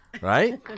Right